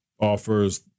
offers